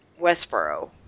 Westboro